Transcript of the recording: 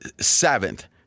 seventh